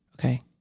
Okay